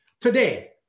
today